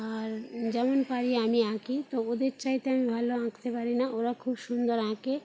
আর যেমন পারি আমি আঁকি তবে ওদের চাইতে আমি ভালো আঁকতে পারি না ওরা খুব সুন্দর আঁকে